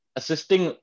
assisting